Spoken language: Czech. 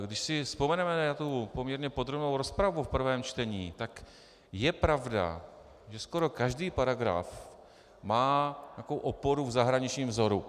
Když si vzpomeneme na poměrně podrobnou rozpravu v prvém čtení, tak je pravda, že skoro každý paragraf má oporu v zahraničním vzoru.